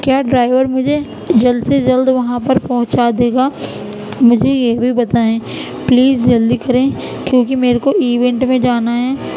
کیا ڈرائیور مجھے جلد سے جلد وہاں پر پہنچا دے گا مجھے یہ بھی بتائیں پلیز جلدی کریں کیونکہ میرے کو ایوینٹ میں جانا ہے